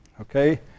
Okay